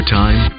time